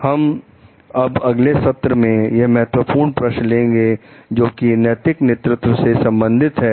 हम अब अगले सत्र में वह महत्वपूर्ण प्रश्न लेंगे जो कि नैतिक नेतृत्व से संबंधित है